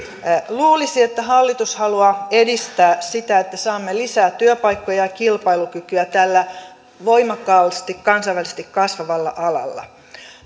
luulisi että hallitus haluaa edistää sitä että saamme lisää työpaikkoja ja kilpailukykyä tällä voimakkaasti kansainvälisesti kasvavalla alalla